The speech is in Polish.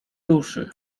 duszy